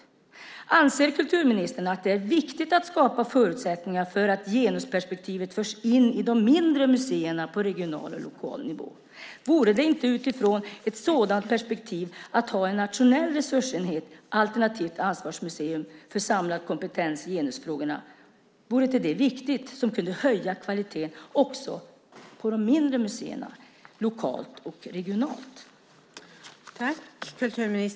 Anser kulturministern att det är viktigt att skapa förutsättningar för att genusperspektivet förs in i de mindre museerna på regional och lokal nivå? Vore det inte utifrån ett sådant perspektiv viktigt att ha en nationell resursenhet alternativt ett ansvarsmuseum för samlad kompetens i genusfrågor som kunde höja kvaliteten också på de mindre museerna lokalt och regionalt?